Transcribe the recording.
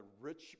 rich